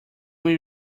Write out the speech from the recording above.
will